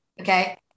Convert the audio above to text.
Okay